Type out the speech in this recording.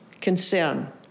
concern